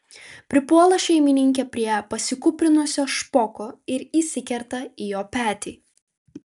pripuola šeimininkė prie pasikūprinusio špoko ir įsikerta į jo petį